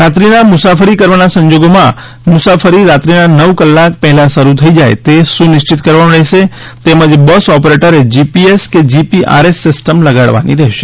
રાત્રિના મુસાફરી કરવાના સંજોગોમાં મુસાફરી રાત્રિના નવ કલાક પહેલાં શરૂ થઈ જાય તે સુનિશ્ચિત કરવાનું રહેશે તેમજ બસ ઓપરેટરે જીપીએસ કે જીપીઆરએસ સિસ્ટમ લગાવાની છે